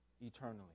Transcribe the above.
eternally